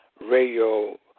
radio